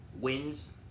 wins